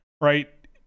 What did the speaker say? Right